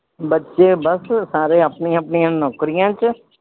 ਬੱਚੇ ਬਸ ਸਾਰੇ ਆਪਣੀ ਆਪਣੀਆਂ ਨੌਕਰੀਆਂ 'ਚ